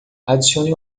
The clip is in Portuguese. adicione